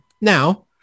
Now